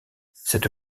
cette